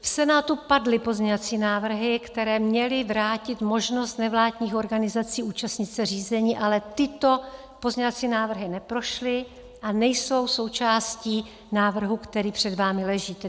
V Senátu padly pozměňovací návrhy, které měly vrátit možnost nevládních organizací účastnit se řízení, ale tyto pozměňovací návrhy neprošly a nejsou součástí návrhu, který před vámi leží.